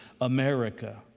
America